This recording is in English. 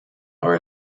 are